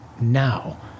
now